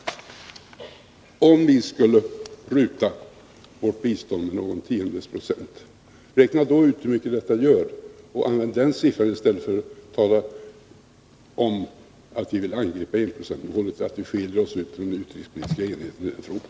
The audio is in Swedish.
Om vi skulle pruta vårt bistånd med någon tiondels procent, räkna då ut hur mycket detta gör och använd den siffran i stället för att tala om att vi vill angripa enprocentsmålet och att vi skiljer oss åt i den här frågan!